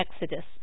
exodus